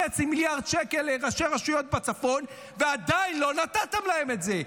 מיליארד שקל לראשי רשויות בצפון ועדיין לא נתתם להם את זה,